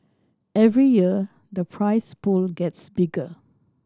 every year the prize pool gets bigger